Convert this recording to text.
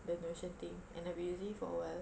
the notion thing and I've been using it for awhile